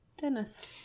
Dennis